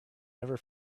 never